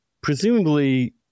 presumably